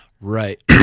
right